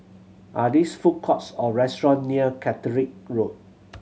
are these food courts or restaurant near Caterick Road